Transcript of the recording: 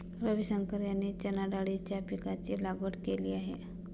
रविशंकर यांनी चणाडाळीच्या पीकाची लागवड केली आहे